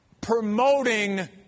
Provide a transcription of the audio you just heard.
promoting